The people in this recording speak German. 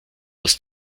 das